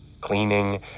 cleaning